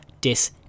dis